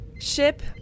ship